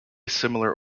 similar